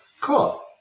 Cool